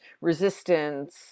resistance